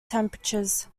temperatures